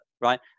Right